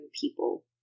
people